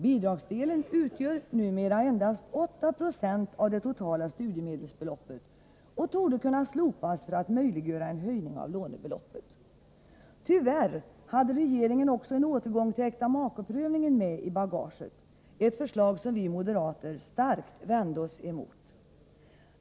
Bidragsdelen utgör numera endast 8 70 av det totala studiemedelsbeloppet och torde kunna slopas för att möjliggöra en höjning av lånebeloppet. Tyvärr hade regeringen också en återgång till äktamakeprövningen med i bagaget, ett förslag som vi moderater starkt vände oss emot.